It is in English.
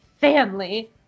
family